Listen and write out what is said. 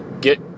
get